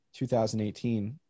2018